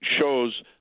shows